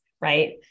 right